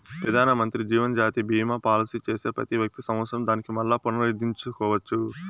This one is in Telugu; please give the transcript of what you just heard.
పెదానమంత్రి జీవనజ్యోతి బీమా పాలసీ చేసే వ్యక్తి పెతి సంవత్సరం దానిని మల్లా పునరుద్దరించుకోవచ్చు